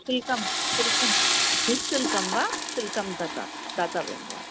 शुल्कं शुल्कं निश्शुल्कं वा शुल्कं तदा दातव्यं वा